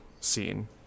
scene